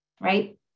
right